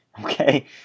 okay